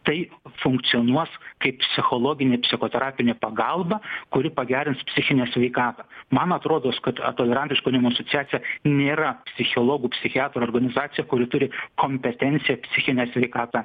tai funkcionuos kaip psichologinė psichoterapinė pagalba kuri pagerins psichinę sveikatą man atrodos kad a tolerantiško jaunimo asociacija nėra psichiologų psichiatrų organizacija kuri turi kompetenciją psichinę sveikatą